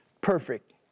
perfect